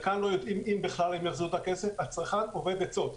חלקן לא יודעות אם בכלל יחזירו את הכסף והצרכן אובד עצות.